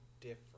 different